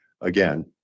again